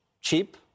cheap